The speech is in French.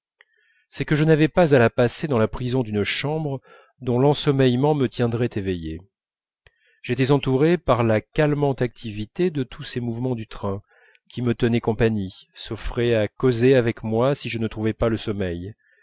c'est que je n'avais pas à la passer dans la prison d'une chambre dont l'ensommeillement me tiendrait éveillé j'étais entouré par la calmante activité de tous ces mouvements du train qui me tenaient compagnie s'offraient à causer avec moi si je ne trouvais pas le sommeil